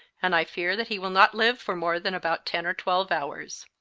and i fear that he will not live for more than about ten or twelve hours.